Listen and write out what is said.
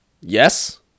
yes